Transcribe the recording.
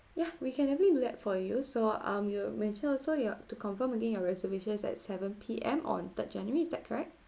ya we can definitely do that for you so um you mentioned also your to confirm again your reservations it's at seven P_M on third january is that correct